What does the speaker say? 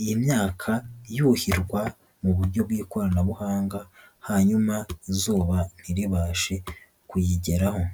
iyi myaka yuhirwa mu buryo bw'ikoranabuhanga hanyuma izuba ntiribashe kuyigeraho.